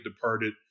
departed